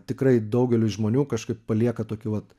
tikrai daugeliui žmonių kažkaip palieka tokį vat